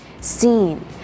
seen